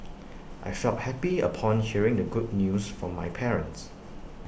I felt happy upon hearing the good news from my parents